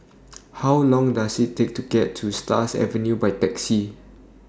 How Long Does IT Take to get to Stars Avenue By Taxi